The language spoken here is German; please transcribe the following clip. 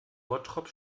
bottrop